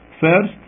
First